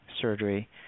surgery